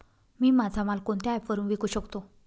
मी माझा माल कोणत्या ॲप वरुन विकू शकतो?